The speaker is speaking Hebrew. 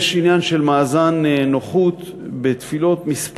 יש עניין של מאזן נוחות בתפילות כמה ימים,